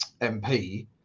MP